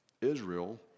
Israel